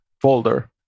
folder